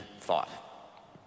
thought